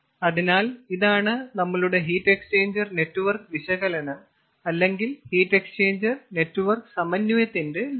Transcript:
അതിനാൽ ഇതാണ് നമ്മളുടെ ഹീറ്റ് എക്സ്ചേഞ്ചർ നെറ്റ്വർക്ക് വിശകലനം അല്ലെങ്കിൽ ഹീറ്റ് എക്സ്ചേഞ്ചർ നെറ്റ്വർക്ക് സമന്വയത്തിന്റെ ലക്ഷ്യം